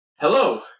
Hello